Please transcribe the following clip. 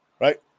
right